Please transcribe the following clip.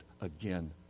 again